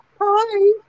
Hi